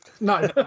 No